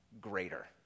greater